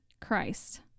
Christ